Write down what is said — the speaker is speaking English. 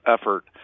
effort